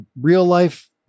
real-life